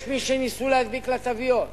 יש מי שניסו להדביק לה תוויות,